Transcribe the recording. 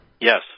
Yes